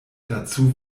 dazu